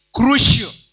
crucial